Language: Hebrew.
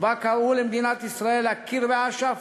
שבה קראו למדינת ישראל להכיר באש"ף